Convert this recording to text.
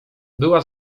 była